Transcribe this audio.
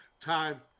time